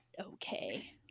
okay